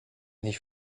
nicht